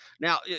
Now